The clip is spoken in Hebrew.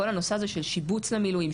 כל הנושא של שיבוץ למילואים,